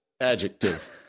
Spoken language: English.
adjective